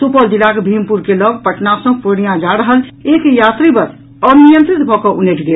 सुपौल जिलाक भीमपुर के लऽग पटना सँ पूर्णियां जा रहल एक यात्री बस अनियंत्रित भऽ कऽ उनटि गेल